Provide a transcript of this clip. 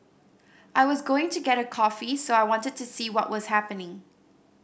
I was going to get a coffee so I wanted to see what was happening